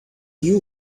you